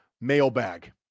mailbag